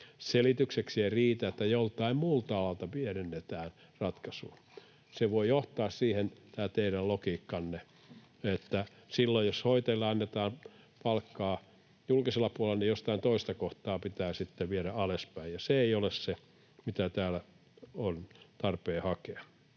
Selitykseksi ei riitä, että joltain muulta alalta pienennetään ratkaisua. Tämä teidän logiikkanne voi johtaa siihen, että silloin jos hoitajille korotetaan palkkaa julkisella puolella, niin jostain toisesta kohtaa pitää sitten viedä alaspäin, ja se ei ole se, mitä täällä on tarpeen hakea.